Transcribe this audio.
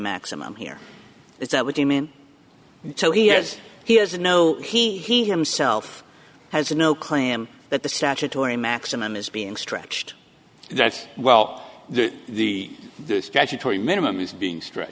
maximum here is that what you mean so he has he has no he himself has no claim that the statutory maximum is being stretched that's well the statutory minimum is being str